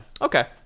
okay